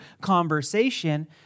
conversation